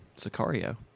Sicario